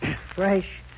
fresh